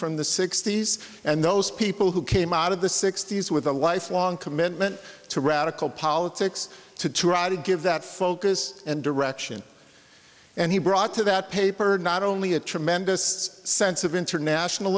from the sixty's and those people who came out of the sixty's with a lifelong commitment to radical politics to try to give that focus and direction and he brought to that paper not only a tremendous sense of international